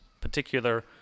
particular